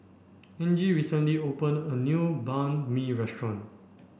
Angie recently opened a new Banh Mi restaurant